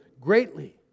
greatly